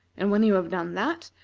and when you have done that,